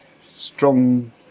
strong